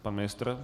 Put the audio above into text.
Pan ministr?